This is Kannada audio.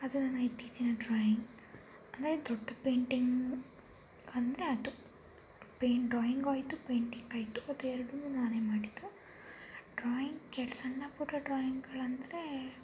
ಅದು ನನ್ನ ಇತ್ತೀಚಿನ ಡ್ರಾಯಿಂಗ್ ಅಂದರೆ ದೊಡ್ಡ ಪೈಂಟಿಂಗ್ ಅಂದರೆ ಅದು ಪೈನ್ ಡ್ರಾಯಿಂಗು ಆಯಿತು ಪೈಂಟಿಂಗ್ ಆಯಿತು ಅದು ಎರಡನ್ನೂ ನಾನೇ ಮಾಡಿದ್ದು ಡ್ರಾಯಿಂಗ್ ಕೆ ಸಣ್ಣ ಪುಟ್ಟ ಡ್ರಾಯಿಂಗಳಂದರೆ